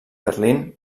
berlín